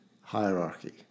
hierarchy